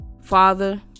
father